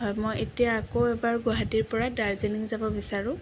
হয় মই এতিয়া আকৌ এবাৰ গুৱাহাটীৰ পৰা দাৰ্জিলিং যাব বিচাৰোঁ